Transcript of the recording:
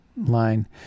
line